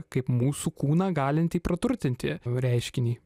kaip mūsų kūną galintį praturtinti reiškinį